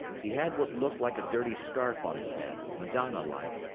he had what looked like a dirty scarf on his head, madonna-like,